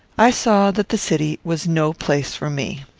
i saw that the city was no place for me.